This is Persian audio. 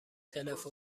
تلفن